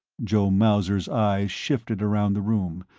joe mauser's eyes shifted around the room,